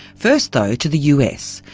first though to the us,